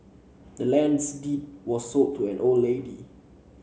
the land's deed was sold to the old lady